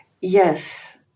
Yes